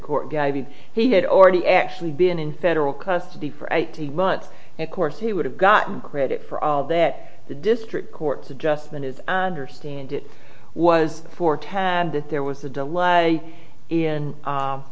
court he had already actually been in federal custody for eighteen months of course he would have gotten credit for all that the district courts adjustment is understand it was for ted that there was a delay in